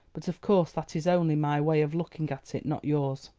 but of course that is only my way of looking at it, not yours.